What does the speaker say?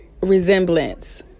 resemblance